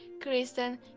Kristen